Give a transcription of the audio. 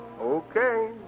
Okay